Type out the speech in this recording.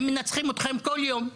הם מנצחים אתכם כל יום.